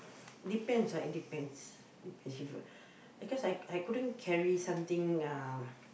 depends ah it depends depends if because I I couldn't carry something uh